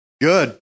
good